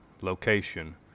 Location